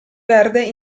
verde